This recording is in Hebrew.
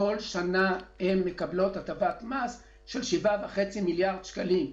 שכל שנה מקבלות הטבת מס של 7.5 מיליארד שקלים.